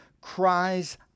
cries